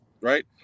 right